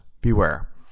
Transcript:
Beware